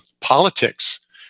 politics